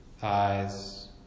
thighs